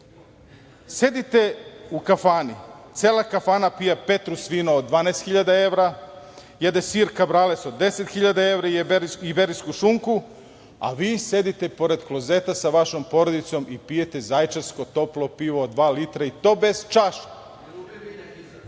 Sedite u kafani, cela kafana pije petrus vino od 12.000 evra, jede sir kabrales od 10.000 evra i iberijsku šunku, a vi sedite pored klozeta sa vašom porodicom i pijete zaječarsko toplo pivo od dva litra, i to bez čaše. Ministar